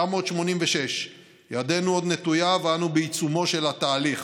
986. ידנו עוד נטויה ואנו בעיצומו של התהליך.